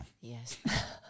Yes